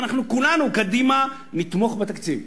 אנחנו כולנו, קדימה, נתמוך בתקציב.